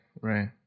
right